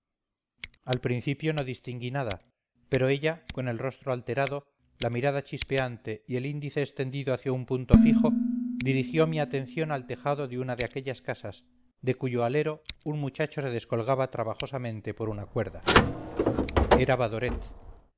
al principio no distinguí nada pero ella con el rostro alterado la mirada chispeante y el índice extendido hacia un punto fijo dirigió mi atención al tejado de una de aquellas casas de cuyo alero un muchacho se descolgaba trabajosamente por una cuerda era badoret